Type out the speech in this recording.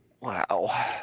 Wow